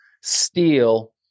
steal